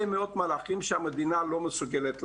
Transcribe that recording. מאוד מהלכים שהמדינה לא מסוגלת לעשות.